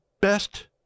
best